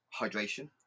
hydration